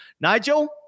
Nigel